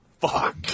Fuck